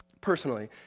personally